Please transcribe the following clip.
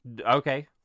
okay